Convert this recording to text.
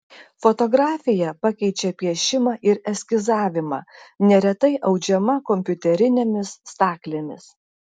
fotografija pakeičia piešimą ir eskizavimą neretai audžiama kompiuterinėmis staklėmis